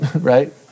right